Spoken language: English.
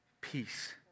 peace